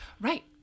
right